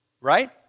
Right